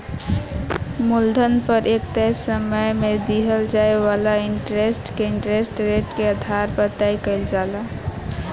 मूलधन पर एक तय समय में दिहल जाए वाला इंटरेस्ट के इंटरेस्ट रेट के आधार पर तय कईल जाला